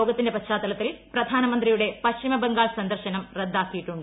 യോഗത്തിന്റെ പശ്ചാത്തലത്തിൽ പ്രധാനമന്ത്രിയുടെ പശ്ചിമ ബംഗാൾ സന്ദർശനം റദ്ദാക്കിയിട്ടുണ്ട്